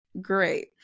great